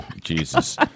Jesus